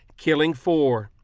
killing four.